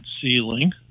ceiling